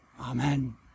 Amen